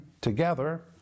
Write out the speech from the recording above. together